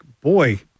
boy